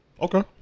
Okay